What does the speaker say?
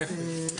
זה כפל.